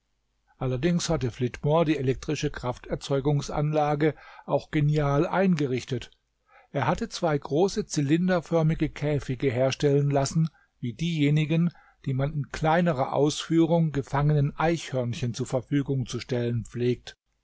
allerdings hatte flitmore die elektrische krafterzeugungsanlage auch genial eingerichtet er hatte zwei große zylinderförmige käfige herstellen lassen wie diejenigen die man in kleinerer ausführung gefangenen eichhörnchen zur verfügung zu stellen pflegt